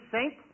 Saint